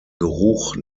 geruch